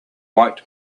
white